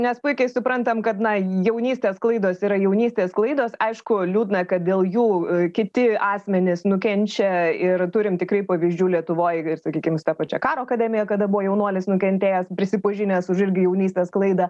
nes puikiai suprantam kad na jaunystės klaidos yra jaunystės klaidos aišku liūdna kad dėl jų kiti asmenys nukenčia ir turim tikrai pavyzdžių lietuvoj ir sakykim su ta pačia karo akademija kada buvo jaunuolis nukentėjęs prisipažinęs už irgi jaunystės klaidą